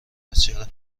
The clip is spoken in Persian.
بسیار